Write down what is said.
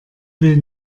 will